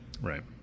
Right